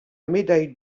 médaille